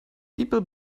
people